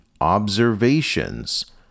observations